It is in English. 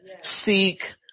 Seek